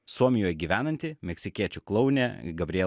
suomijoj gyvenanti meksikiečių klounė gabriel